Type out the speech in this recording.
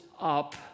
up